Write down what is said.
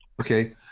Okay